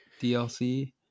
DLC